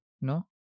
No